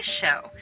show